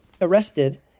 arrested